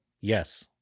yes